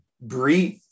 breathe